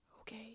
okay